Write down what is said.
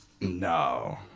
No